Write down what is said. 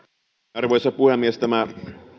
arvoisa puhemies tämä